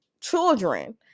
children